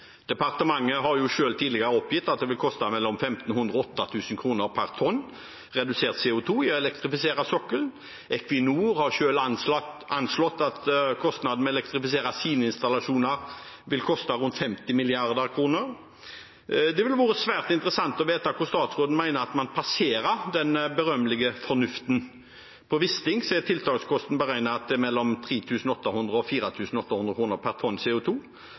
Departementet har jo selv tidligere oppgitt at det vil koste mellom 1 500 og 8 000 kr per tonn redusert CO 2 å elektrifisere sokkelen. Equinor har selv anslått at kostnaden ved å elektrifisere sine installasjoner vil bli rundt 50 mrd. kr. Det ville være svært interessant å vite hvor statsråden mener at man passerer den berømmelige fornuften. På Wisting-feltet er tiltakskostnadene beregnet til mellom 3 800 og 4 800 kr per tonn